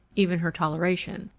even her toleration,